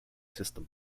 system